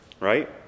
right